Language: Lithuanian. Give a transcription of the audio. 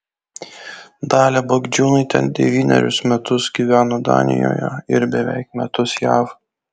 dalia bagdžiūnaitė devynerius metus gyveno danijoje ir beveik metus jav